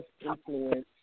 influence